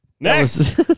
Next